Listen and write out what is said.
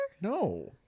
No